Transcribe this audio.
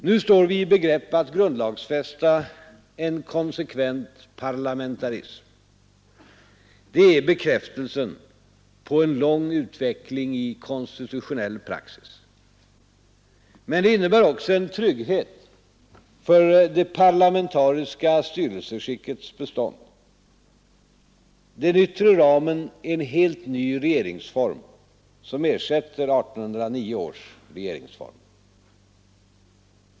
Nu står vi i begrepp att grundlagfästa en konsekvent parlamentarism. Det är bekräftelsen på en lång utveckling i konstitutionell praxis. Men det innebär också en trygghet för det parlamentariska styrelseskickets bestånd. Den yttre ramen är en helt ny regeringsform som ersätter 1809 års regeringsform.